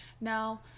now